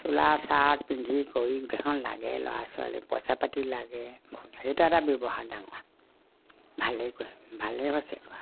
চোলা shirt পিন্ধি কৰি গোটেইখন লাগে ল'ৰা ছোৱালী পইচা পাতি লাগে সেইটা এটা ব্যৱহাৰ ডাঙৰ ভালেই ভালেই হৈছে